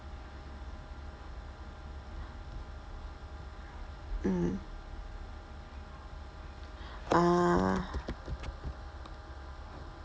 mm ah